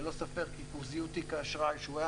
ללא ספק ריכוזיות תיק האשראי שהוא היה